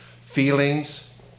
feelings